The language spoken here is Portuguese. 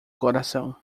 coração